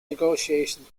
negotiations